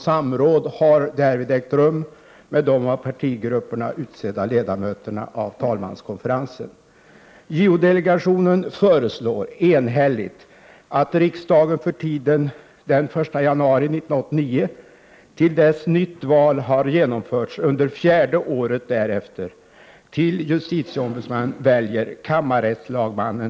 Samråd har därvid ägt rum med de av partigrupperna utsedda ledamöterna av talmanskonferensen.